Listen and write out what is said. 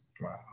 Wow